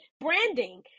branding